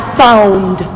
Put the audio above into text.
found